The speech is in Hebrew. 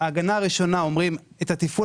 בהגנה הראשונה אומרים להם: את תפעול